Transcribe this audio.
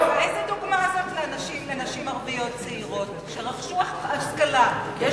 איזו דוגמה זו לנשים ערביות צעירות שרכשו השכלה ויש